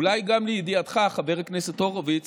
אולי גם לידיעתך, חבר הכנסת הורוביץ,